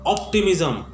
Optimism